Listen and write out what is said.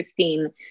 15